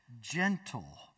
gentle